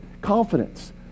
confidence